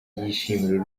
yishimira